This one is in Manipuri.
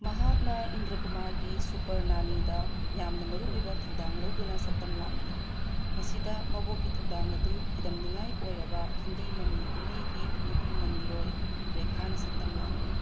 ꯃꯍꯥꯛꯅ ꯏꯟꯗ꯭ꯔꯀꯨꯃꯥꯔꯒꯤ ꯁꯨꯄꯔ ꯅꯥꯅꯤꯗ ꯌꯥꯝꯅ ꯃꯔꯨ ꯑꯣꯏꯕ ꯊꯧꯗꯥꯡ ꯂꯧꯗꯨꯅ ꯁꯛꯇꯝ ꯂꯥꯡꯂꯤ ꯃꯁꯤꯗ ꯃꯕꯣꯛꯀꯤ ꯊꯧꯗꯥꯡ ꯑꯗꯨ ꯐꯤꯗꯝꯅꯤꯉꯥꯏ ꯑꯣꯏꯔꯕ ꯍꯤꯟꯗꯤ ꯃꯃꯤ ꯀꯨꯝꯍꯩꯒꯤ ꯅꯨꯄꯤ ꯃꯃꯤꯔꯣꯏ ꯔꯦꯈꯥꯅ ꯁꯛꯇꯝ ꯂꯥꯡꯂꯤ